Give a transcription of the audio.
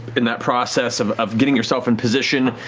in that process of of getting yourself in position,